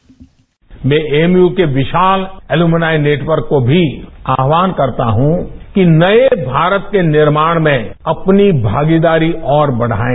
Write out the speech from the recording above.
bite मैं AMU के विशाल एल्युमुनाय नेटवर्क को भी आह्वान करता हूं कि नए भारत के निर्माण में अपनी भागीदारी और बढाएं